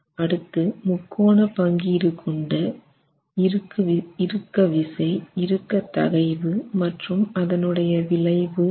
அடுத்து முக்கோண பங்கீடு கொண்ட இறுக்க விசை இறுக்க தகைவு மற்றும் அதன் உடைய விளைவு C